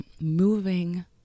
Moving